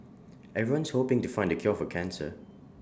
everyone's hoping to find the cure for cancer